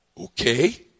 Okay